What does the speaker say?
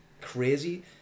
crazy